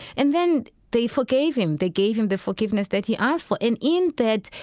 and then they forgave him. they gave him the forgiveness that he asked for. and in that,